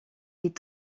est